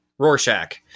Rorschach